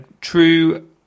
true